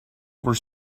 were